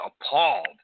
appalled